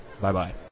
Bye-bye